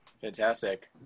Fantastic